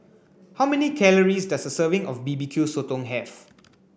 how many calories does a serving of B B Q Sotong have